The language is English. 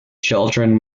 children